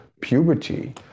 puberty